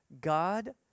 God